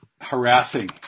harassing